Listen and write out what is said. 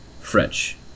French